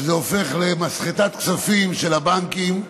שזה הופך למסחטת כספים של הבנקים.